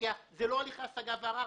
להתווכח זה לא הליכי השגה וערר,